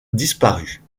disparu